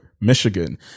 Michigan